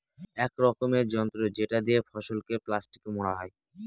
এক রকমের যন্ত্র যেটা দিয়ে ফসলকে প্লাস্টিকে মোড়া হয়